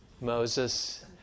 Moses